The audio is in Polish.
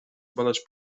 obalać